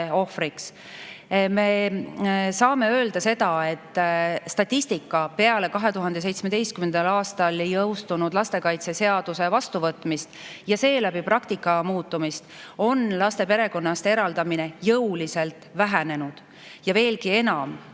saame öelda seda, et statistika [põhjal] on peale 2017. aastal jõustunud lastekaitseseaduse vastuvõtmist ja seeläbi praktika muutumist laste perekonnast eraldamine jõuliselt vähenenud. Ja veelgi enam: